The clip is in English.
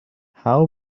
how